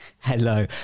Hello